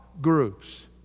groups